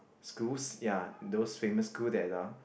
schools ya those famous school that are